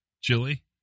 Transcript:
Chili